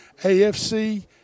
AFC